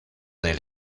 del